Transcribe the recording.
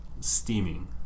steaming